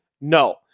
No